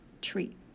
treat